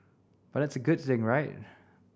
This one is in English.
but that's a good thing right